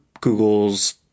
Google's